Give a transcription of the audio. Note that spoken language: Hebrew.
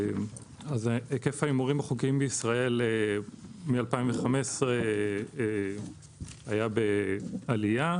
היקף ההימורים החוקיים בישראל מ-2015 היה בעלייה.